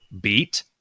beat